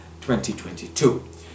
2022